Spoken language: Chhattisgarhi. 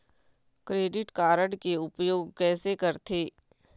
क्रेडिट कारड के उपयोग कैसे करथे?